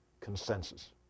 consensus